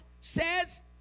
says